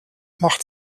macht